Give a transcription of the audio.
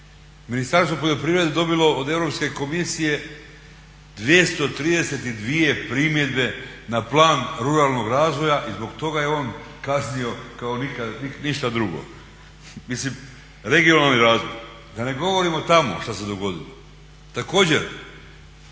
Ministarstvo poljoprivrede je dobilo od Europske komisije 232 primjedbe na plan ruralnog razvoja i zbog toga je on kasnio kao ništa drugo. Mislim regionalni razvoj, da ne govorimo tamo što se dogodilo. Također